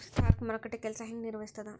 stock ಮಾರುಕಟ್ಟೆ ಕೆಲ್ಸ ಹೆಂಗ ನಿರ್ವಹಿಸ್ತದ